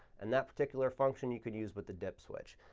and that particular function you could use with the dip switch.